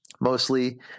Mostly